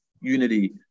unity